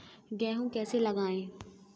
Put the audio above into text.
गेहूँ कैसे लगाएँ?